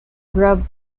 grub